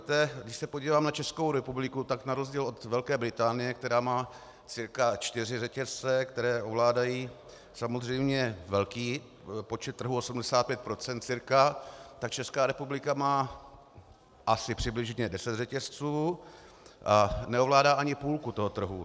Když se podívám na Českou republiku, tak na rozdíl od Velké Británie, která má cca čtyři řetězce, které ovládají samozřejmě velký počet trhu, 85 %, tak Česká republika má asi přibližně deset řetězců a neovládá ani půlku trhu.